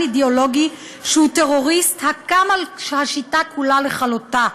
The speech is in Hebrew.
אידיאולוגי שהוא טרוריסט הקם על השיטה כולה לכלותה.